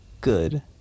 good